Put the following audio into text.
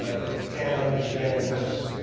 if you cannot understand this,